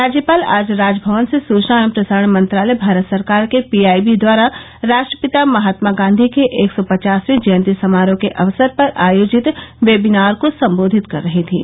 राज्यपाल आज राजभवन से सुचना एवं प्रसारण नंत्रालय भारत सरकार के पीआईवी द्वारा राष्ट्रपिता महात्मा गांधी के एक सौ पचासवीं जयंती समारोह के अवसर पर आयोजित वेबिनार को सम्बोधित कर रही थीं